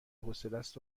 حوصلست